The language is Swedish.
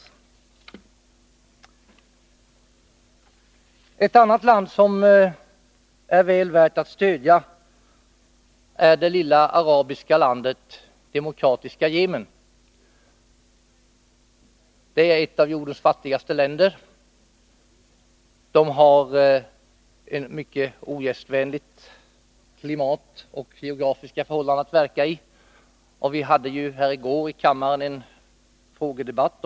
SEA ANGE a å Onsdagen den Ett annat land som är väl värt att stödja är det lilla arabiska landet 5 maj 1982 Demokratiska folkrepubliken Yemen. Det är ett av jordens fattigaste länder. J Det har ett mycket ogästvänligt kimatods besvärliga geografiska förhållan Täternanionellt den att verka i. Vi hade i går här i kammaren en frågedebatt om 5 .